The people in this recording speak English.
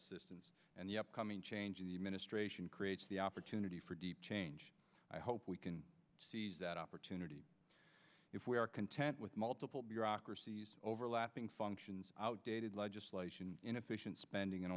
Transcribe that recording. assistance and the upcoming change in the administration creates the opportunity for deep change i hope we can seize that opportunity if we are content with multiple bureaucracies overlapping functions outdated legislation inefficient spending and